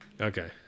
Okay